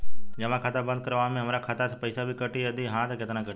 जमा खाता बंद करवावे मे हमरा खाता से पईसा भी कटी यदि हा त केतना कटी?